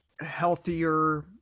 healthier